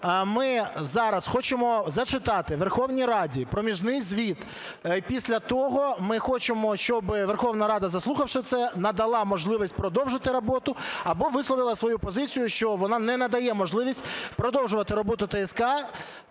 ми зараз хочемо зачитати Верховній Раді проміжний звіт. Після того ми хочемо, щоб Верховна Рада, заслухавши це, надала можливість продовжити роботу або висловила свою позицію, що вона не надає можливість продовжувати роботу ТСК